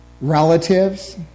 relatives